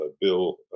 Bill